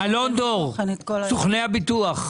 אלון דור, סוכני הביטוח.